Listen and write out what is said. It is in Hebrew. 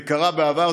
זה קרה בעבר,